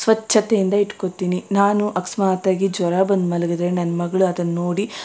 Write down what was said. ಸ್ವಚ್ಛತೆಯಿಂದ ಇಟ್ಕೋತಿನಿ ನಾನು ಅಕಸ್ಮಾತ್ತಾಗಿ ಜ್ವರ ಬಂದು ಮಲಗಿದ್ರೆ ನನ್ನ ಮಗಳು ಅದನ್ನು ನೋಡಿ